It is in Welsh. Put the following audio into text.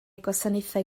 gwasanaethau